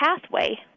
pathway